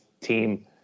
team